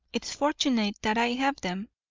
it's fortunate that i have them.